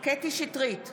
קטי קטרין שטרית,